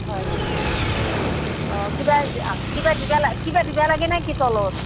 হয় নেকি অ কিবা কিবা দিবা কিবা দিব লাগে নেকি তলত